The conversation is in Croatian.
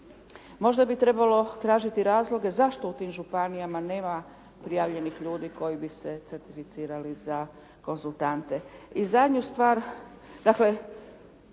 Možda bi trebalo tražiti razloge zašto u tim županijama nema prijavljenih ljudi koji bi se certificirali za konzultante. I zadnju stvar,